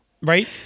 right